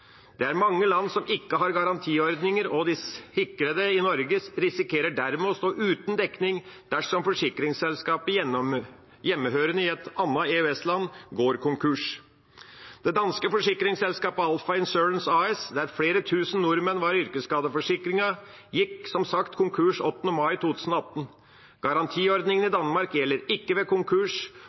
Det er mange land som ikke har garantiordninger, og de sikrede i Norge risikerer dermed å stå uten dekning dersom forsikringsselskapet hjemmehørende i et annet EØS-land går konkurs. Det danske forsikringsselskapet Alpha Insurance AS, der flere tusen nordmenn var yrkesskadeforsikret, gikk som sagt konkurs 8. mai 2018. Garantiordningen i Danmark gjelder ikke ved konkurs,